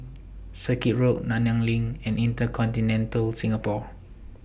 Circuit Road Nanyang LINK and InterContinental Singapore